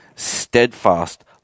Steadfast